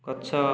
ଗଛ